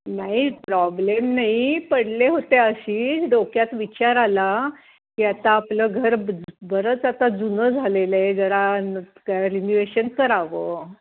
नाही प्रॉब्लेम नाही पडले होते अशी डोक्यात विचार आला की आता आपलं घर बरंच आता जुनं झालेलं आहे जरा न काय रिनिवेशन करावं